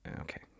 Okay